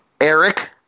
Eric